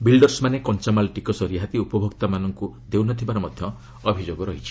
ବିଲ୍ଡର୍ସମାନେ କଞ୍ଜାମାଲ୍ ଟିକସ ରିହାତି ଉପଭୋକ୍ତାମାନଙ୍କୁ ଦେଉ ନ ଥିବାର ମଧ୍ୟ ଅଭିଯୋଗ ହୋଇଛି